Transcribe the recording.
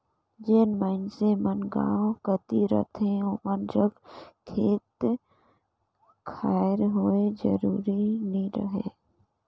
जेन मइनसे मन गाँव कती रहथें ओमन जग खेत खाएर होए जरूरी नी रहें